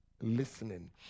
Listening